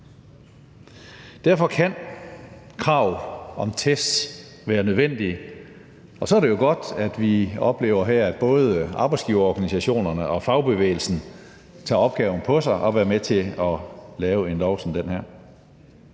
Derfor kan krav om test være nødvendige, og så er det jo godt, at vi her oplever både arbejdsgiverorganisationerne og fagbevægelsen tage opgaven på sig og være med til at lave en lov som den her.